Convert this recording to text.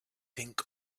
think